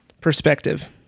perspective